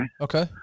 Okay